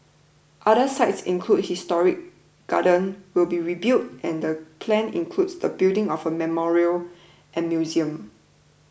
other sites including historic gardens will be rebuilt and the plan includes the building of a memorial and museum